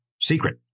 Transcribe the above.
secret